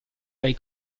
dai